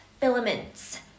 filaments